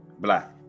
black